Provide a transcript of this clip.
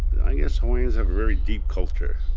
i guess hawaiians have a very deep culture.